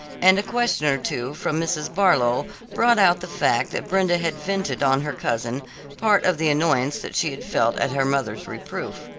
and a question or two from mrs. barlow brought out the fact that brenda had vented on her cousin part of the annoyance that she had felt at her mother's reproof.